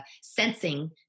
sensing